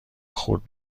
خرد